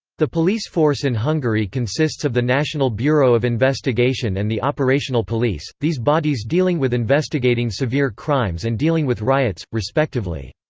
the police force in hungary consists of the national bureau of investigation and the operational police, these bodies dealing with investigating severe crimes and dealing with riots, respectively.